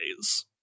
days